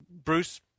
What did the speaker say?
Bruce